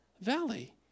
valley